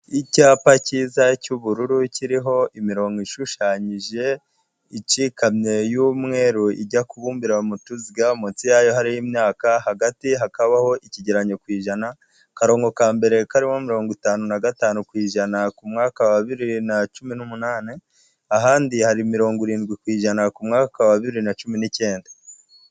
Icyapa cyiza cy'ubururu kiriho imirongo ishushanyije, icy'ikamyo y'umweru ijya kubumbira mu tuziga, munsi yayo hari imyaka, hagati hakabaho ikigereranyo ku ijana, akarongo ka mbere kariho mirongo itanu na gatanu ku ijana ku mwaka wa bibiri na cumi n'umunani, ahandi hari mirongo irindwi ku ijana ku mwaka wa bibiri na cumi n'icyenda.